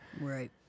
Right